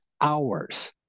hours